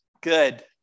good